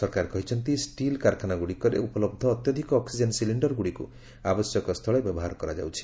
ସରକାର କହିଛନ୍ତି ଷ୍ଟିଲ୍ କାରଖାନାଗୁଡ଼ିକରେ ଉପଲବ୍ଧ ଅତ୍ୟଧିକ ଅକ୍ଷିଜେନ ସିଲିଣ୍ଡରଗୁଡ଼ିକୁ ଆବଶ୍ୟକସ୍ଥଳେ ବ୍ୟବହାର କରାଯାଉଛି